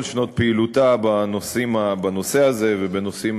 כל שנות פעילותה בנושא הזה ובנושאים